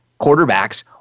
quarterbacks